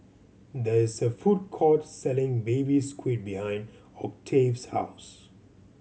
there is a food court selling Baby Squid behind Octave's house